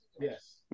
yes